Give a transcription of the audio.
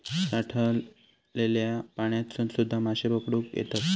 साठलल्या पाण्यातसून सुध्दा माशे पकडुक येतत